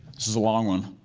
this is a long one.